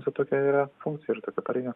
ta tokia yra funkcija ir tokia pareiga